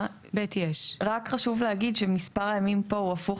רק חשו בלהגיד שמספר הימים פה הוא הפוך